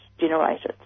generated